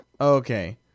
Okay